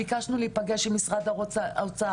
ביקשנו להיפגש עם משרד האוצר,